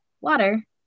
water